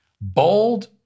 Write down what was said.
bold